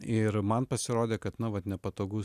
ir man pasirodė kad na vat nepatogu